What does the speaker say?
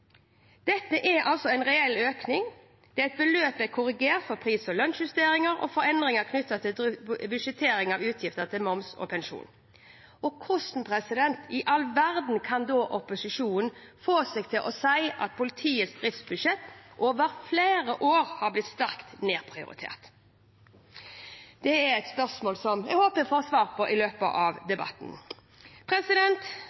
Dette er en reell økning – beløpet er korrigert for pris- og lønnsjustering og for endringer knyttet til budsjettering av utgifter til moms og pensjon. Hvordan i all verden kan da opposisjonen få seg til å si at politiets driftsbudsjett over flere år har blitt sterkt nedprioritert? Det er et spørsmål jeg håper jeg får svar på i løpet av